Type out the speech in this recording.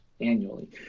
annually